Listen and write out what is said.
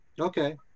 Okay